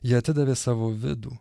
jie atidavė savo vidų